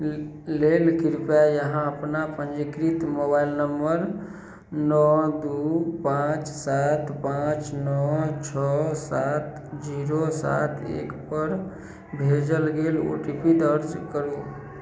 लेल कृपया यहाँ अपन पंजीकृत मोबाइल नम्बर नओ दू पाॅंच सात पाॅंच नओ छओ सात जीरो सात एक पर भेजल गेल ओ टी पी दर्ज करु